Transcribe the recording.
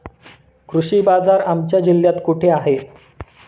कृषी बाजार आमच्या जिल्ह्यात कुठे आहे?